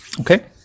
Okay